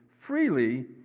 freely